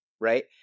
Right